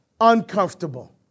uncomfortable